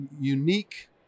unique